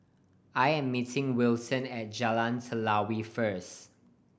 I am meeting Wilson at Jalan Telawi first